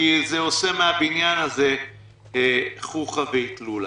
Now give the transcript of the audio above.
אחרת זה עושה מהבניין הזה חוכא ואיטלולא.